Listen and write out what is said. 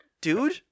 dude